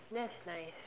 that's nice